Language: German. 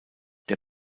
der